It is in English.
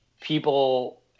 people